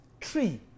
tree